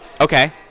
Okay